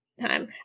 time